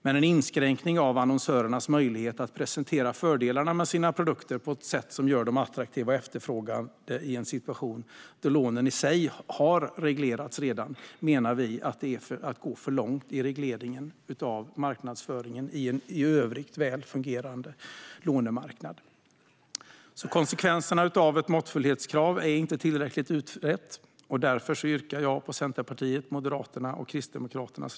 Men en inskränkning av annonsörernas möjlighet att presentera fördelarna med sina produkter på ett sätt som gör dem attraktiva och efterfrågade i en situation då lånen i sig redan har reglerats menar vi är att gå för långt i regleringen av marknadsföringen på en i övrigt väl fungerande lånemarknad. Konsekvenserna av ett måttfullhetskrav inte är tillräckligt utredda. Därför yrkar jag bifall till reservation nr 2 från Centerpartiet, Moderaterna och Kristdemokraterna.